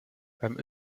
beim